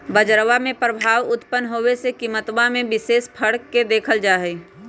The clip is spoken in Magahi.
बजरवा में प्रभाव उत्पन्न होवे से कीमतवा में विशेष फर्क के देखल जाहई